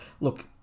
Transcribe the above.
look